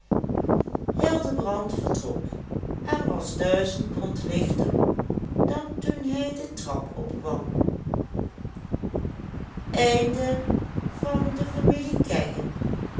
hildebrand vertrok en was duizend pond lichter dan toen hij de trap opkwam